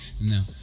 no